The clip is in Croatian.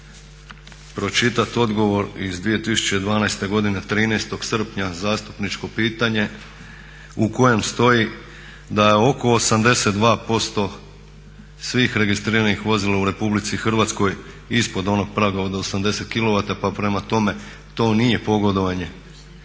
pročitat odgovor iz 2012. godine, 13. srpnja zastupničko pitanje u kojem stoji da je oko 82% svih registriranih vozila u Republici Hrvatskoj ispod onog praga od 80kw pa prema tome to nije pogodovanje